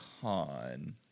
Con